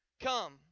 Come